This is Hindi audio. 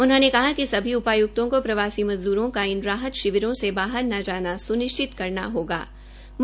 उन्होंने कहा कि सभी उपायुक्तों को प्रवासी मज़दुरों का न राहत शिविरों से बाहर ने जाना स्निश्चित करने को कहा गया है